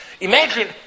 Imagine